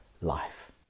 life